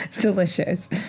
delicious